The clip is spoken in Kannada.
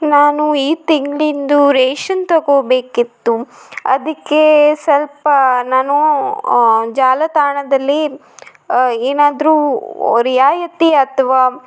ನಾನು ಈ ತಿಂಗಳಿಂದು ರೇಷನ್ ತಗೋಬೇಕಿತ್ತು ಅದಕ್ಕೆ ಸ್ವಲ್ಪ ನಾನು ಜಾಲತಾಣದಲ್ಲಿ ಏನಾದರೂ ರಿಯಾಯಿತಿ ಅಥವಾ